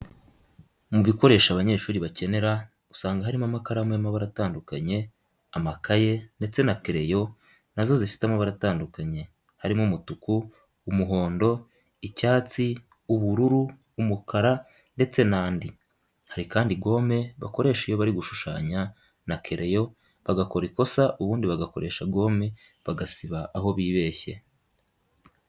Mu bikoresho abanyeshuri bakenera usanga harimo amakaramu y'amabara atandukanye, amakaye, ndetse na kereyo nazo zifite amabara atandukanye, harimo umutuku, umuhondo, icyatsi, ubururu, umukara, ndetse nandi, hari kandi gome bakoresha iyo bari gushushanya na kereyo bagakora ikosa ubundi bagakoresha gome bagasiba aho bibeshye.